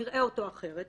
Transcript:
נראה אותו אחרת,